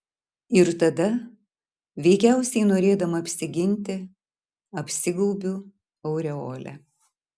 ir tada veikiausiai norėdama apsiginti apsigaubiu aureole